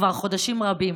כבר חודשים רבים.